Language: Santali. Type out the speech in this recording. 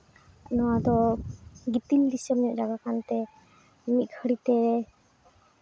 ᱱᱚᱣᱟ ᱫᱚ ᱜᱤᱛᱤᱞ ᱫᱤᱥᱚᱢ ᱧᱚᱜ ᱡᱟᱭᱜᱟ ᱠᱟᱱᱛᱮ ᱢᱤᱫ ᱜᱷᱟᱹᱲᱤᱡᱛᱮ